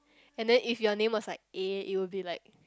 and then if your name was like A it will be like